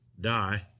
die